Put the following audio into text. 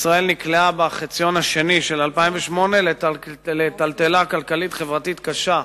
ישראל נקלעה בחציון השני של 2008 לטלטלה כלכלית-חברתית קשה,